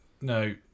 no